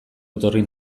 etorri